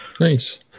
Nice